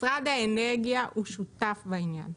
משרד האנרגיה הוא שותף בעניין,